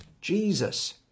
Jesus